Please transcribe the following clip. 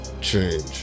change